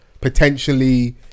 potentially